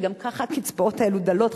וגם ככה הקצבאות האלה דלות,